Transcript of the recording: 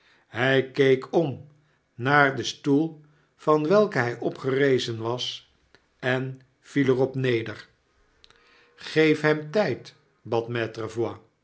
hq keek om naar den stoei van welken hy opgerezen was en viel er op neder geef hem tyd